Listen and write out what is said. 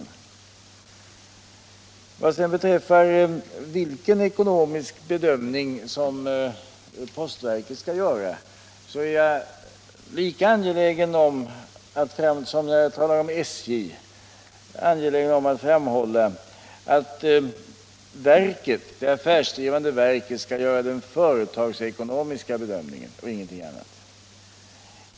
i Vad sedan beträffar frågan om vilken ekonomisk bedömning som postverket skall göra är jag här lika angelägen som när jag talar om SJ att framhålla att det affärsdrivande verket skall göra den företagsekonomiska bedömningen och ingenting annat.